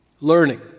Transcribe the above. learning